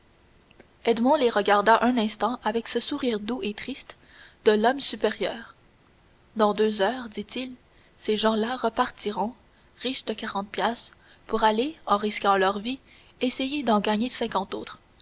les regarda un instant avec ce sourire doux et triste de l'homme supérieur dans deux heures dit-il ces gens-là repartiront riches de cinquante piastres pour aller en risquant leur vie essayer d'en gagner cinquante